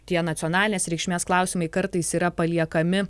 tie nacionalinės reikšmės klausimai kartais yra paliekami